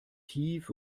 tief